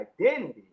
identity